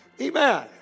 Amen